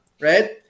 Right